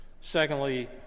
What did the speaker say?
Secondly